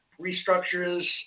restructures